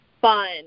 fun